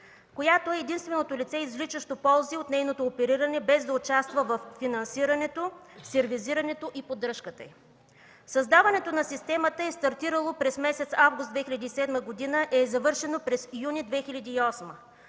която е единственото лице, извличащо ползи от нейното опериране, без да участва във финансирането, сервизирането и поддръжката й. Създаването на системата е стартирало през месец август 2007 г. и е завършено през юни 2008